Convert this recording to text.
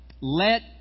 Let